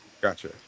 Gotcha